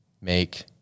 make